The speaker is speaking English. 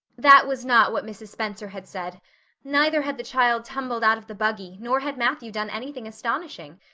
that was not what mrs. spencer had said neither had the child tumbled out of the buggy nor had matthew done anything astonishing.